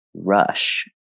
Rush